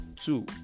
Two